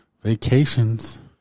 vacations